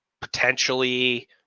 potentially